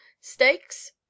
steaks